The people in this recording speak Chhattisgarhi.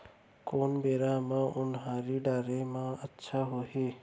कोन बेरा म उनहारी डाले म अच्छा होही?